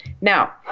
Now